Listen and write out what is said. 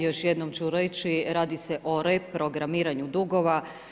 Još jednom ću reći, radi se o reprogramiranju dugova.